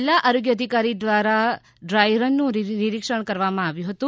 જિલ્લા આરોગ્ય અધિકારી દ્વારા ડ્રાય રનનું નિરીક્ષણ કરવામાં આવ્યુ હતુ